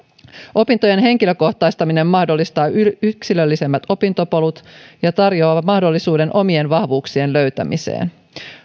opintojen henkilökohtaistaminen mahdollistaa yksilöllisemmät opintopolut ja tarjoaa mahdollisuuden omien vahvuuksien löytämiseen